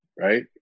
right